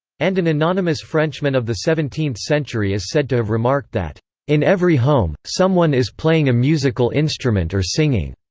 and an anonymous frenchman of the seventeenth century is said to have remarked that in every home, someone is playing a musical instrument or singing.